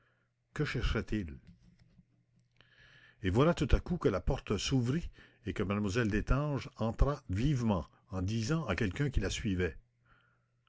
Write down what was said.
dix minutes et voilà soudain que la porte s'ouvrit et que m lle destange entra vivement en disant à quelqu'un qui la suivait